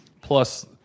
plus